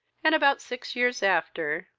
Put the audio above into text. and, about six years after,